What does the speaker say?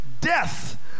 death